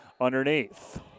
underneath